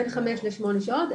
בין חמש לשמונה שעות,